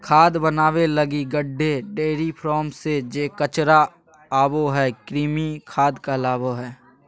खाद बनाबे लगी गड्डे, डेयरी फार्म से जे कचरा आबो हइ, कृमि खाद कहलाबो हइ